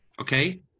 Okay